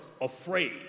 afraid